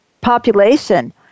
population